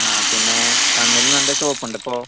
ആ പിന്നെ കണ്ണിൽ നല്ല ചോപ്പുണ്ടിപ്പോൾ